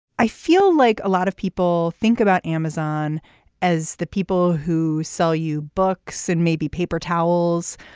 i feel like a lot of people think about amazon as the people who sell you books and maybe paper towels.